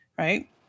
Right